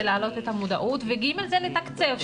להעלות את המודעות ו-ג' זה לתקצב,